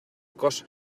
cos